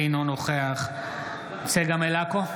אינו נוכח צגה מלקו,